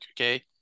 Okay